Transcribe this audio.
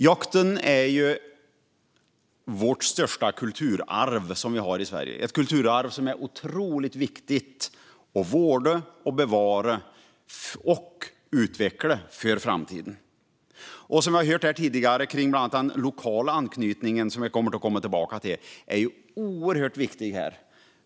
Jakten är vårt största kulturarv i Sverige. Det är ett kulturarv som är otroligt viktigt att vårda, bevara och utveckla för framtiden. Som vi har hört här tidigare är bland annat den lokala anknytningen, som vi kommer tillbaka till, oerhört viktig.